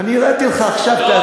הראיתי לך עכשיו.